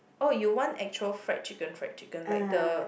oh you want actual fried chicken fried chicken like the